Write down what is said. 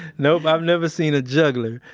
nope. i've never seen a juggler,